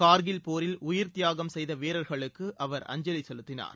கார்கில் போரில் உயிர்த்தியாகம் செய்த வீரர்களுக்கு அவர் அஞ்சலி செலுத்தினார்